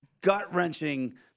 gut-wrenching